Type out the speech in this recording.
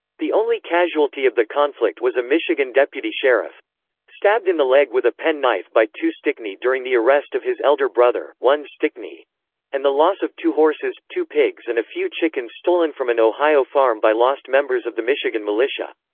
the only casualty of the conflict was a michigan deputy sheriff stabbed in the leg with a pen knife by two stickney during the arrest of his elder brother, one stickney and the loss of two horses, two pigs and a few chickens stolen from an ohio farm by lost members of the michigan militia.